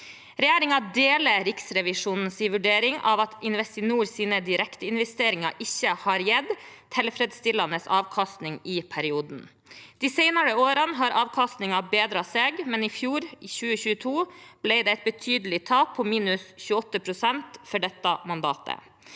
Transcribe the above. Regjeringen deler Riksrevisjonens vurdering av at Investinors direkteinvesteringer ikke har gitt tilfredsstillende avkastning i perioden. De senere årene har avkastningen bedret seg, men i fjor, 2022, ble det et betydelig tap på minus 28 pst. for dette mandatet.